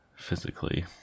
Physically